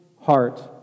heart